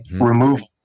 removal